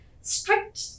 strict